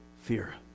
fear